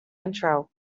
intro